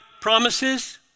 promises